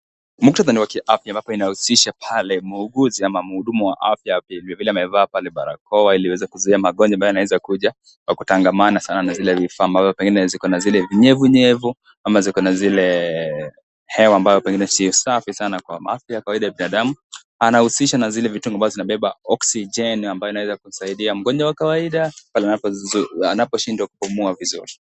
Muktadha ni wa kiafya amapo inahusisha pale muuguzi ama muhudumu wa afya vilevile amavaa pale barakoa iliaweze kuzuia magonjwa ambayo yanaweza kuja kwa kutangamana sana na zile vifaa ambazo pengine ziko na zile unyevunyevu ama ziko na zile hewa ambayo si safi sana kwa afya kwa ile ya binadamu anahusisha na zile mitungi ambazo zinabeba oxygen ambayo inaweza kumsaidia mgonjwa wa kawaida pale anapo anaposhindwa kupumua vizuri.